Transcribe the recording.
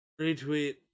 Retweet